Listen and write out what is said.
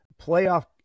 Playoff